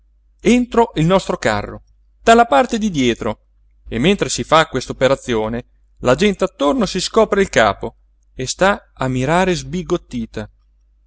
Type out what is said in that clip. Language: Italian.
entro il nostro carro dalla parte di dietro e mentre si fa quest'operazione la gente attorno si scopre il capo e sta a mirare sbigottita